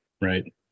Right